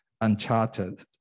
uncharted